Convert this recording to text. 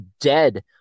dead